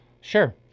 Sure